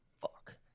fuck